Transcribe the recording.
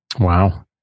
Wow